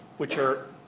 which are